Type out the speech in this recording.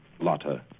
Lotta